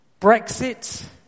Brexit